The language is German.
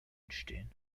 entstehen